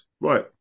right